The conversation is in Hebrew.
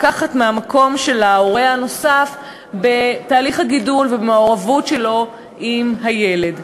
לקחת מהמקום של ההורה הנוסף בתהליך הגידול ובמעורבות שלו עם הילד.